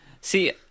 See